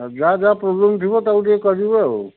ଯାହା ଯାହା ପ୍ରୋବ୍ଲେମ୍ ଥିବ ତା'କୁ ଟିକେ କରିବ ଆଉ